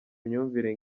imyumvire